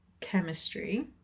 chemistry